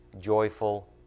joyful